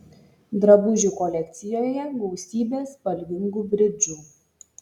drabužių kolekcijoje gausybė spalvingų bridžų